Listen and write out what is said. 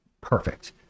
Perfect